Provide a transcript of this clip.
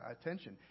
attention